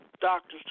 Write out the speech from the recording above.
doctors